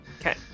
Okay